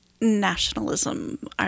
nationalism